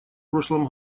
прошлом